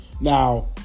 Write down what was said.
Now